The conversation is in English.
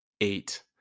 Eight